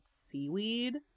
seaweed